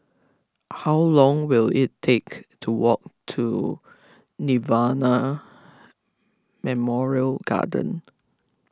how long will it take to walk to Nirvana Memorial Garden